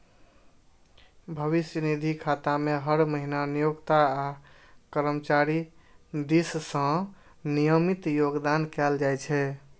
भविष्य निधि खाता मे हर महीना नियोक्ता आ कर्मचारी दिस सं नियमित योगदान कैल जाइ छै